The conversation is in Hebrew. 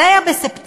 זה היה בספטמבר.